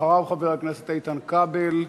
אחריו, חבר הכנסת איתן כבל.